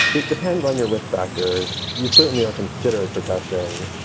it depends on your risk factors you certainly are considered for testing.